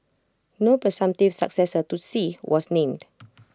no presumptive successor to Xi was named